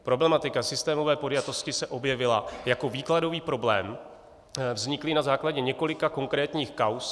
Problematika systémové podjatosti se objevila jako výkladový problém vzniklý na základě několika konkrétních kauz.